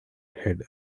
head